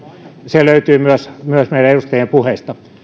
se löytyy myös myös meidän edustajien puheista